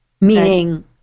Meaning